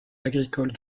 agricole